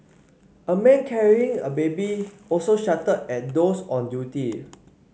a man carrying a baby also shouted at those on duty